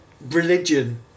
religion